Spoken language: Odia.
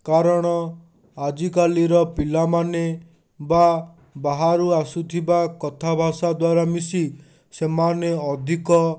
କାରଣ ଆଜିକାଲିର ପିଲାମାନେ ବା ବାହାରୁ ଆସୁଥିବା କଥା ଭାଷା ଦ୍ଵରା ମିଶି ସେମାନେ ଅଧିକ